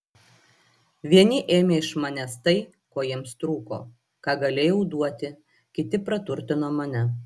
vieni ėmė iš manęs tai ko jiems trūko ką galėjau duoti kiti praturtino mane